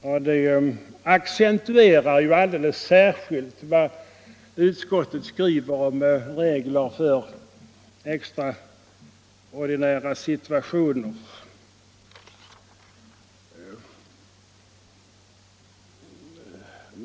Den accentuerar alldeles särskilt vad utskottet skriver om regler för extraordinära situationer.